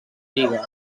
bigues